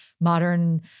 modern